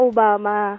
Obama